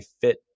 fit